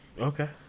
Okay